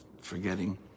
forgetting